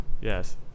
yes